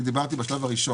אני דיברתי על השלב הראשון.